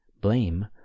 blame